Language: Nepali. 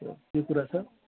यो कुरा छ